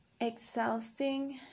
Exhausting